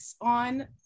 on